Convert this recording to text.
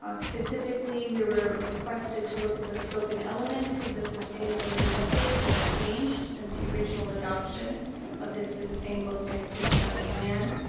ah specifically, we were requested to look at the scope and elements of the sustainability update that have changed since the original adoption of this sustainable santa cruz county plan.